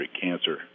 cancer